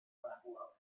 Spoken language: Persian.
محبوبمه